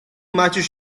maciuś